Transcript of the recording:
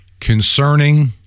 concerning